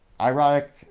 Ironic